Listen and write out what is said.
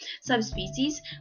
subspecies